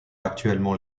actuellement